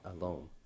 alone